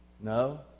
No